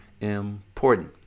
important